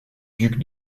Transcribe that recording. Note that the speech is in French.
duc